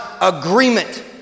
agreement